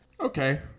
Okay